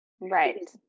Right